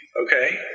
Okay